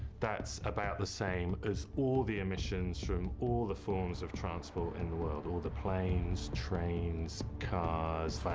that's about the same as all the emissions from all the forms of transport in the world, all the planes, trains, cars,